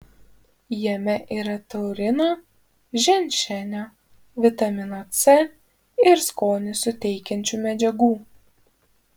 jame yra taurino ženšenio vitamino c ir skonį suteikiančių medžiagų